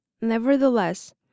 Nevertheless